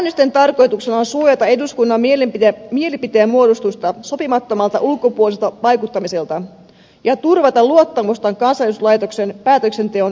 säännösten tarkoituksena on suojata eduskunnan mielipiteenmuodostusta sopimattomalta ulkopuoliselta vaikuttamiselta ja turvata luottamusta kansanedustuslaitoksen päätöksenteon asianmukaisuuteen